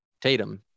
Tatum